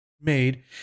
made